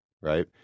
right